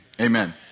Amen